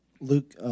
Luke